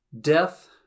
Death